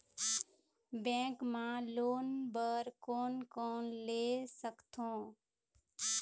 Bank मा loan बर कोन कोन ले सकथों?